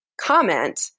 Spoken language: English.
comment